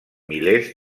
milers